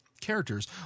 characters